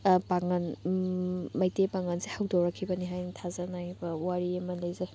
ꯄꯥꯉꯜ ꯃꯩꯇꯩ ꯄꯥꯉꯜꯁꯦ ꯍꯧꯗꯣꯔꯛꯈꯤꯕꯅꯤ ꯍꯥꯏꯅ ꯊꯥꯖꯅꯔꯤꯕ ꯋꯥꯔꯤ ꯑꯃ ꯂꯩꯖꯩ